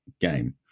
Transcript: game